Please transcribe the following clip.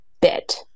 bit